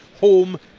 Home